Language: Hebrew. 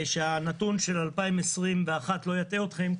שהנתון של 2021 לא יטעה אתכם,